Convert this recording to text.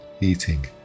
eating